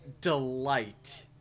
delight